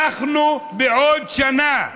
אנחנו בעוד שנה,